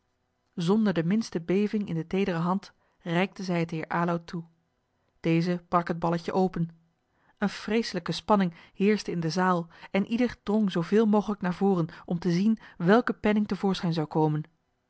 zonder de minste beving in de teedere hand reikte zij het heer aloud toe deze brak het balletje open een vreeselijke spanning heerschte in de zaal en ieder drong zooveel mogelijk naar voren om te zien welke penning te voorschijn zou komen